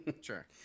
Sure